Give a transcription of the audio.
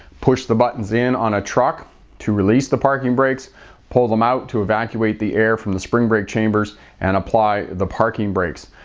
push the buttons in on a truck to release the parking brakes pull them out to evacuate the air from the spring brake chambers and apply the parking brakes.